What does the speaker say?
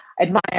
admire